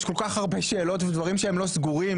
יש כל כך הרבה שאלות ודברים שהם לא סגורים,